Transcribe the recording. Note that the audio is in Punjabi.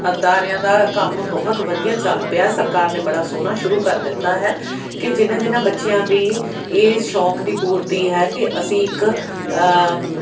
ਅਦਾਰਿਆਂ ਦਾ ਕੰਮ ਬਹੁਤ ਵਧੀਆ ਚੱਲ ਪਿਆ ਸਰਕਾਰ ਨੇ ਬੜਾ ਸੋਹਣਾ ਸ਼ੁਰੂ ਕਰ ਦਿੱਤਾ ਹੈ ਕਿ ਜਿਨ੍ਹਾਂ ਜਿਨ੍ਹਾਂ ਬੱਚਿਆਂ ਦੀ ਇਹ ਸ਼ੌਂਕ ਦੀ ਪੂਰਤੀ ਹੈ ਕਿ ਅਸੀਂ ਇੱਕ